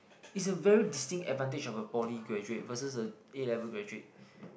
is a very distinct advantage of a poly graduate versus the A-level graduate